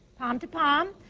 palm to palm.